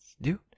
Dude